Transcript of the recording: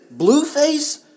Blueface